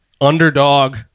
underdog